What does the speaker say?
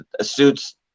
suits